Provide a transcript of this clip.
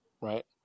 right